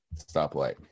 stoplight